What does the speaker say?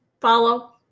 follow